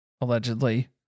allegedly